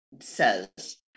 says